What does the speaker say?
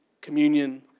communion